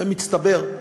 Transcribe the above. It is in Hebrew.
זה מצטבר.